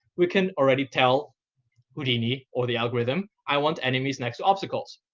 we can already tell houdini or the algorithm, i want enemies next to obstacles.